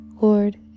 Lord